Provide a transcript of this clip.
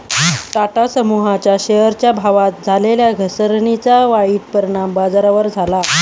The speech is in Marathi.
टाटा समूहाच्या शेअरच्या भावात झालेल्या घसरणीचा वाईट परिणाम बाजारावर झाला